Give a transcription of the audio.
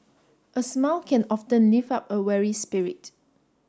a smile can often lift up a weary spirit